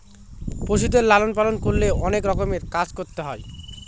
পশুদের লালন পালন করলে অনেক রকমের কাজ করতে হয়